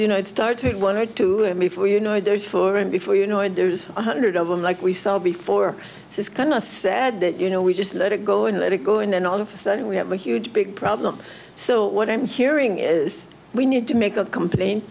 you know it's starting one or two before you know there's four and before you know and there's one hundred of them like we saw before it's kind of sad that you know we just let it go and let it go and then all of us and we have a huge big problem so what i'm hearing is we need to make a complain